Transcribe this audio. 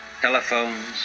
telephones